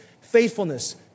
faithfulness